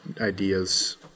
ideas